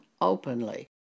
openly